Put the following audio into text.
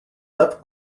left